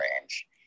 range